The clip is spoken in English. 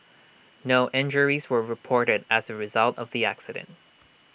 no injuries were reported as A result of the accident